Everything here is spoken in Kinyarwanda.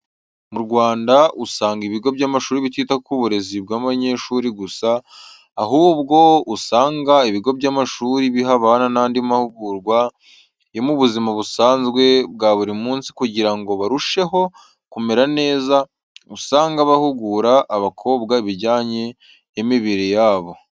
Mu Rwanda usanga ibigo by'amashuri bitita ku burezi bw'abanyeshuri gusa, ahubwo usanga ibigo by'amashuri biha abana n'andi mahugurwa yo mu buzima busanzwe bwa buri munsi kugira ngo barusheho kumera neza, usanga bahugura abakobwa ibijyanye n'imibiri yabo.